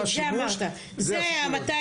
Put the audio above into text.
זה אמרת.